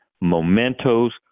mementos